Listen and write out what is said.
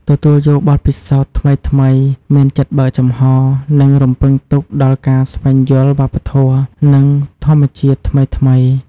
គន្លឹះទាំងនេះជួយធានាថាការធ្វើដំណើរកម្សាន្តរបស់អ្នកមានភាពរីករាយ សុវត្ថិភាព និងមានអនុស្សាវរីយ៍ល្អ។